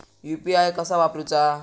UPI कसा वापरूचा?